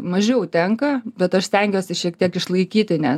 mažiau tenka bet aš stengiuosi šiek tiek išlaikyti nes